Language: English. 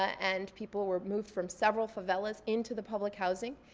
and people were moved from several favelas into the public housing.